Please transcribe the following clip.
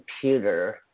computer